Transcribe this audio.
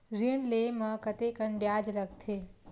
ऋण ले म कतेकन ब्याज लगथे?